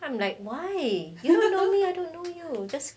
I'm like why you don't know me I don't know you just